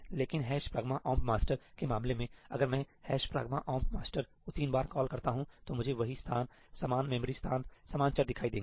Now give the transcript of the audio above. लेकिन ' pragma omp master " pragma omp master' के मामले में अगर मैं ' pragma omp master' ' pragma omp master'को तीन बार कॉल करता हूं तो मुझे हमेशा वही स्थान समान मेमोरी स्थान समान चर दिखाई देंगे